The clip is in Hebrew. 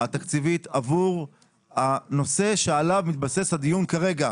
התקציבית עבור הנושא שעליו מתבסס הדיון כרגע?